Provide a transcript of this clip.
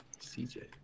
CJ